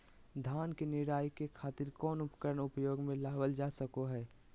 धान के निराई के खातिर कौन उपकरण उपयोग मे लावल जा सको हय?